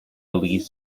belize